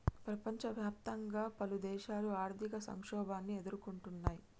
ప్రపంచవ్యాప్తంగా పలుదేశాలు ఆర్థిక సంక్షోభాన్ని ఎదుర్కొంటున్నయ్